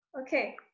Okay